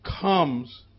comes